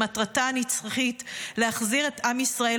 שמטרתה הנצחית להחזיר --- את עם ישראל